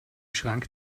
schrank